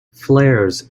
flares